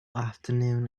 afternoon